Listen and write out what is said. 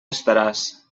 estaràs